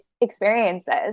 experiences